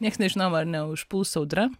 nieks nežinom ar neužpūs audra